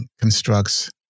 constructs